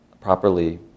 properly